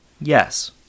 Yes